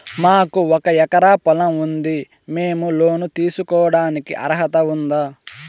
మాకు ఒక ఎకరా పొలం ఉంది మేము లోను తీసుకోడానికి అర్హత ఉందా